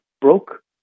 broke